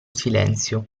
silenzio